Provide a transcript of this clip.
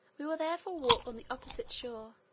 we will therefore walk on the opposite shore,